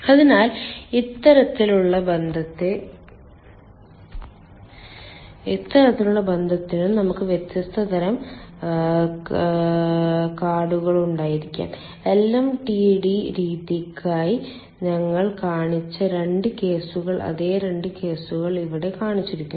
അതിനാൽ ഇത്തരത്തിലുള്ള ബന്ധത്തിനും നമുക്ക് വ്യത്യസ്ത തരം കാറുകൾ ഉണ്ടായിരിക്കാം LMTD രീതിക്കായി ഞങ്ങൾ കാണിച്ച 2 കേസുകൾ അതേ 2 കേസുകൾ ഇവിടെ കാണിച്ചിരിക്കുന്നു